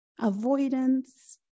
avoidance